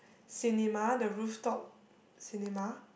cinema the roof top cinema